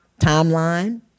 timeline